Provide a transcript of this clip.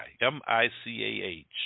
M-I-C-A-H